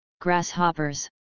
grasshoppers